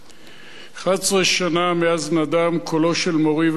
11 שנה מאז נדם קולו של מורי ורבי, גנדי,